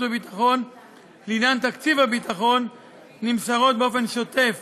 והביטחון לעניין תקציב הביטחון נמסרות באופן שוטף